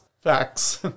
facts